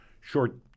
short